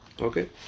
Okay